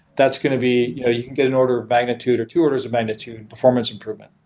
that's going to be you can get an order of magnitude or two or there's a magnitude in performance improvement.